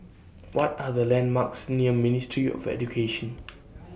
What Are The landmarks near Ministry of Education